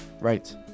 Right